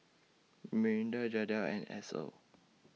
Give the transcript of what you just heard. Miranda Jadiel and Edsel